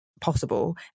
possible